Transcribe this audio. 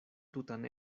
tutan